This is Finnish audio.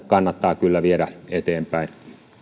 kannattaa kyllä viedä eteenpäin